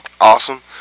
awesome